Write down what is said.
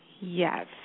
Yes